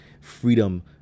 freedom